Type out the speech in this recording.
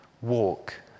walk